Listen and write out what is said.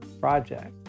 project